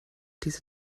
diese